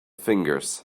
fingers